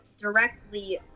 directly